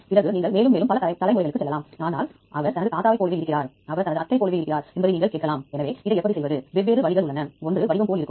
எனவே நாம் பார்க்கலாம் அந்த ஐந்து பூஜ்ஜியங்கள் உள்ளன பின்னர் பெரிய இலக்கங்கள்வேறுபட்டது இல்லையெனில் எல்லாம் ஒன்றே